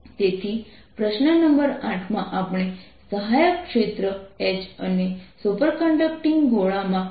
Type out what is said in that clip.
તો વિદ્યુતક્ષેત્ર E Rσ0r છે